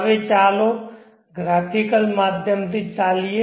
હવે ચાલો ગ્રાફિકલ માધ્યમથી ચાલીએ